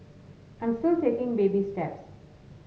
I'm still taking baby steps